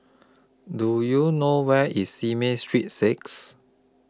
Do YOU know Where IS Simei Street six